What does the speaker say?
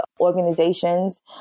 organizations